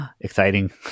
Exciting